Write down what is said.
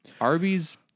Arby's